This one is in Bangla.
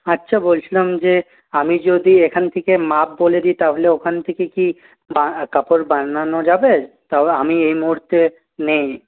আচ্ছা বলছিলাম যে আমি যদি এখান থেকে মাপ বলে দিই তাহলে ওখান থেকে কি বা কাপড় বানানো যাবে তা আমি এই মুহূর্তে নেই